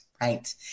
Right